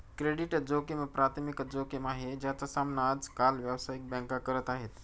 credit जोखिम प्राथमिक जोखिम आहे, ज्याचा सामना आज काल व्यावसायिक बँका करत आहेत